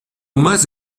más